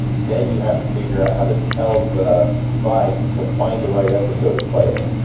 then you have to figure out how to tell the device to find the right episode and play it.